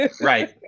right